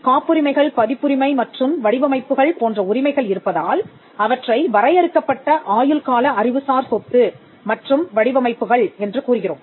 காப்புரிமைகள் பதிப்புரிமை மற்றும் வடிவமைப்புகள் போன்ற உரிமைகள் இருப்பதால் அவற்றை வரையறுக்கப்பட்ட ஆயுள்கால அறிவுசார் சொத்து மற்றும் வடிவமைப்புகள் என்று கூறுகிறோம்